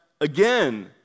again